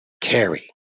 carry